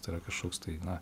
tai yra kažkoks tai na